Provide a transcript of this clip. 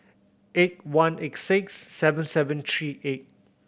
eight one eight six seven seven three eight